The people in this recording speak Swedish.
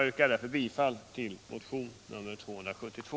Jag yrkar bifall till motionen 272.